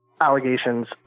allegations